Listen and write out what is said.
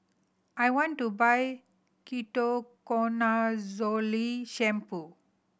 I want to buy Ketoconazole Shampoo